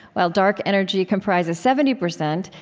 while dark energy comprises seventy percent,